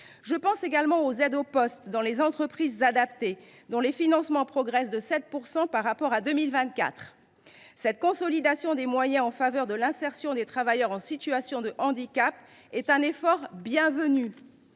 Je pense également aux aides au poste dans les entreprises adaptées, dont les financements progressent de 7 % par rapport à 2024. Cette consolidation des moyens en faveur de l’insertion des travailleurs en situation de handicap est un effort bienvenu.